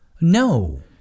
No